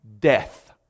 death